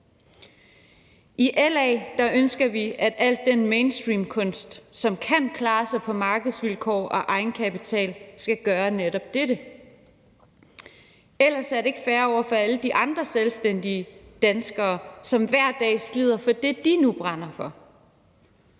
I LA ønsker vi, at al den mainstreamkunst, som kan klare sig på markedsvilkår og for egen kapital, skal gøre netop dette. Ellers er det ikke fair over for alle de andre selvstændige danskere, som hver dag slider for det, de nu brænder for.